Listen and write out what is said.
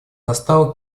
настал